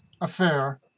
affair